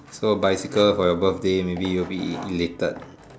so bicycle for your birthday maybe will be related